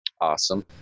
Awesome